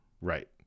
Right